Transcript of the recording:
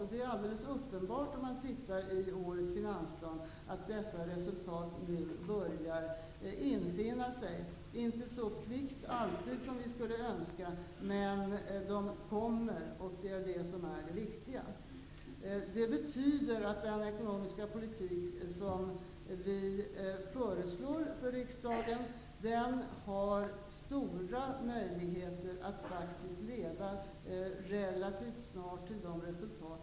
Om man studerar årets finansplan finner man att det är alldeles uppenbart att dessa resultat nu börja infinna sig. Resultaten infinner sig inte alltid så kvickt som vi skulle önska, men de är på väg, vilket är det viktiga. Det betyder att den ekonomiska politik som vi föreslår riksdagen har stora möjligheter att relativt snart leda till önskade resultat.